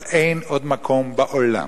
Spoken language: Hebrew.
אבל אין עוד מקום בעולם,